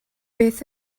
beth